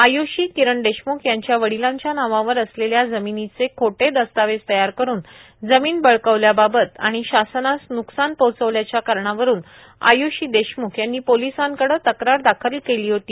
आयुषी किरण देशमुख यांच्या वडीलांच्या नावावर असलेल्या जमिनीचे खोटे दस्तावेज तयार करून जमिन बळकावल्याबाबत आणि शासनास व्रुकसान पोहोचवल्याच्या कारणावरून आयुषी किरण देशमुख यांनी पोलिसांकडे तक्रार दाखल केली होती